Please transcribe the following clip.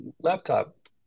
laptop